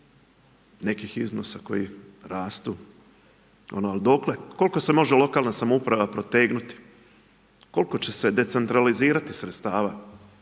nekih iznosa koji rastu. Ali dokle? Koliko se može lokalna samouprava protegnuti? Koliko će se decentralizirati sredstva?